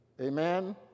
amen